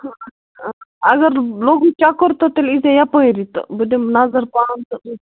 اَگر لوٚگُے چَکر تہٕ تیٚلہِ ایٖزِ یَپٲری تہٕ بہٕ دِمہٕ نظر پانہٕ تہٕ